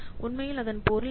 உண்மையில் அதன் பொருள் என்ன